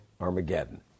Armageddon